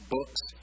Books